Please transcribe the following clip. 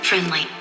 Friendly